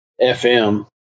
FM